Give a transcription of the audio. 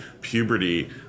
puberty